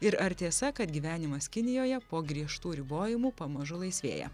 ir ar tiesa kad gyvenimas kinijoje po griežtų ribojimų pamažu laisvėja